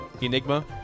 Enigma